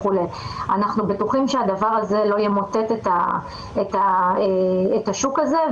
אנחנו בטוחים שהדבר הזה לא ימוטט את השוק הזה,